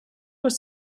was